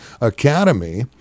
Academy